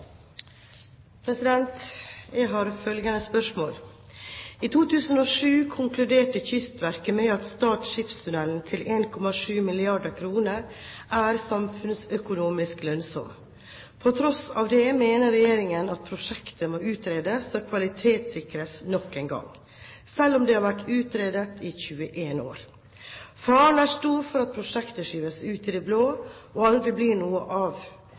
framover. Jeg har følgende spørsmål: «I 2007 konkluderte Kystverket med at Stad skipstunnel til 1,7 mrd. kr er samfunnsøkonomisk lønnsom. På tross av det mener regjeringen at prosjektet må utredes og kvalitetssikres nok en gang, selv om det har vært utredet i 21 år. Faren er stor for at prosjektet skyves ut i det blå og aldri blir noe av.